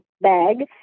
bag